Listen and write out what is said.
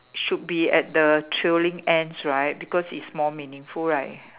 should be at the thrilling ends right because it's more meaningful right